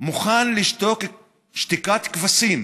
מוכן לשתוק שתיקת כבשים